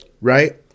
right